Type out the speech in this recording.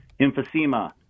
emphysema